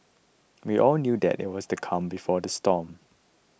we all knew that it was the calm before the storm